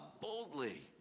boldly